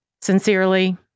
Sincerely